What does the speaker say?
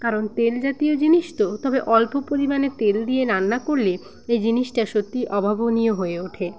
কারণ তেল জাতীয় জিনিস তো তবে অল্প পরিমাণে তেল দিয়ে রান্না করলে এ জিনিসটা সত্যি অভাবনীয় হয়ে ওঠে